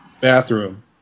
bathroom